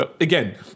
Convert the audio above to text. again